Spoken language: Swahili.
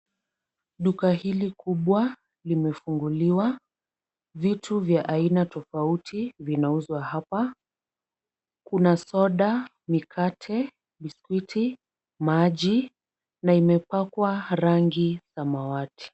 Duka hili kubwa limefunguliwa. Vitu vya aina tofauti vina uzwa hapa. Kuna soda, mikate, biskuti, maji na imepakwa rangi samawati.